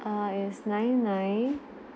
err it's nine nine